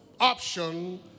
option